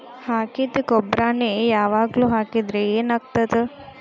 ಹಾಕಿದ್ದ ಗೊಬ್ಬರಾನೆ ಯಾವಾಗ್ಲೂ ಹಾಕಿದ್ರ ಏನ್ ಆಗ್ತದ?